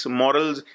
morals